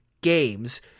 games